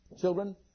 children